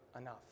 enough